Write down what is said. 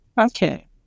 Okay